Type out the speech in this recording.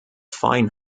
fine